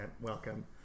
Welcome